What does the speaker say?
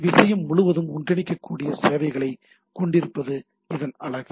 விஷயம் முழுவதும் ஒன்றிணைக்கக்கூடிய சேவைகளைக் கொண்டிருப்பது இதன் அழகு